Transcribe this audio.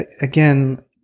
again